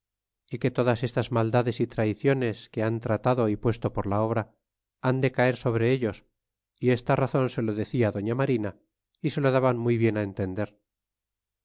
y que todas estas maldades y traiciones que han tratado y puesto por la obra han de caer sobre ellos y esta razon se lo decia doña marina y se lo daban muy bien entender